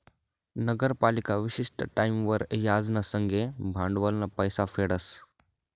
नगरपालिका विशिष्ट टाईमवर याज ना संगे भांडवलनं पैसा फेडस